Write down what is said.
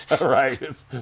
Right